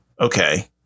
Okay